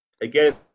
Again –